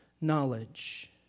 knowledge